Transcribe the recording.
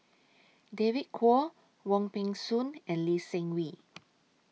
David Kwo Wong Peng Soon and Lee Seng Wee